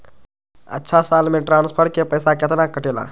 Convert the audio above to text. अछा साल मे ट्रांसफर के पैसा केतना कटेला?